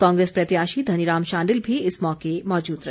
कांग्रेस प्रत्याशी धनीराम शांडिल भी इस मौके माजूद रहे